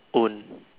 own